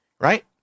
Right